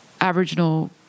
Aboriginal